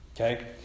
Okay